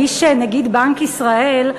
הגיש נגיד בנק ישראל,